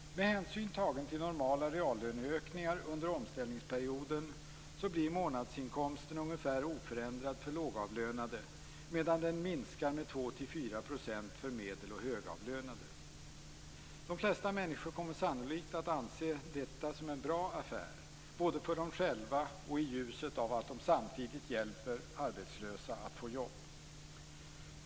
Med hänsyn tagen till normala reallöneökningar under omställningsperioden blir månadsinkomsten ungefär oförändrad för lågavlönade, medan den minskar med 2-4 % för medel och högavlönade. De flesta människor kommer sannolikt att anse detta som en bra affär, både för dem själva och i ljuset av att de samtidigt hjälper arbetslösa att få jobb.